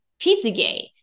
Pizzagate